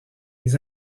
des